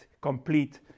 complete